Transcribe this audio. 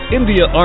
India